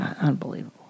unbelievable